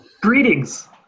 Greetings